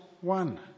one